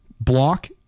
block